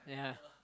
yeah